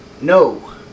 No